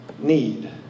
Need